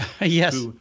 Yes